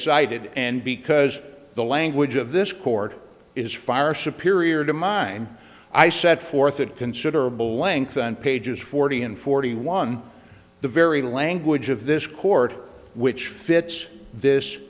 cited and because the language of this court is far superior to mine i set forth at considerable length on pages forty and forty one the very language of this court which fits this